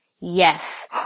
yes